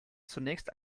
zunächst